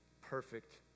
perfect